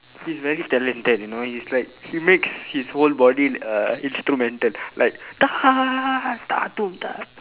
he's very talented you know he's like he makes his whole body uh instrumental like